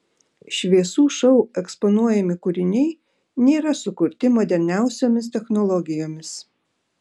šviesų šou eksponuojami kūriniai nėra sukurti moderniausiomis technologijomis